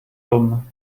dumm